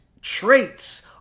traits